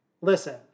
listen